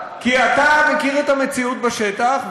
כי אתה מכיר את המציאות בשטח,